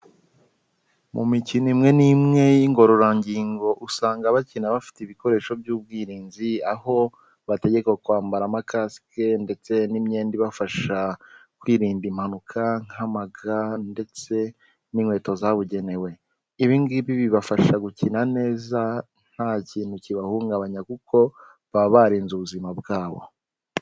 Mu mikino imwe n'imwe y'ingorororangingo usanga bakina bafite ibikoresho by'ubwirinzi, aho bategekwa kwambara amakasike ndetse n'imyenda ibafasha kwirinda impanuka nk'amaga ndetse n'inkweto zabugenewe, ibi ngibi bibafasha gukina neza nta kintu kibahungabanya kuko baba barinze ubuzima bwabo.